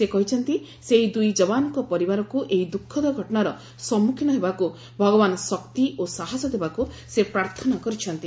ସେ କହିଛନ୍ତି ସେହି ଦୂଇ ଯବାନଙ୍କର ପରିବାରକ୍ତ ଏହି ଦ୍ରଃଖଦ ଘଟଣାର ସମ୍ମଖୀନ ହେବାକ୍ ଭଗବାନ ଶକ୍ତି ଓ ସାହସ ଦେବାକୁ ସେ ପ୍ରାର୍ଥନା କରିଛନ୍ତି